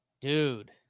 Dude